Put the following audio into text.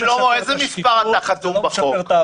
שלמה, איזה מספר אתה חתום בחוק?